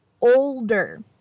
older